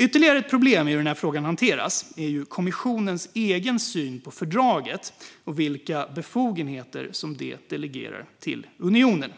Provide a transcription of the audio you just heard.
Ytterligare ett problem i hur frågan hanteras är kommissionens egen syn på fördraget och vilka befogenheter som det delegerar till unionen.